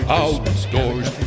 outdoors